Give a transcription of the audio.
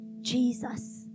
Jesus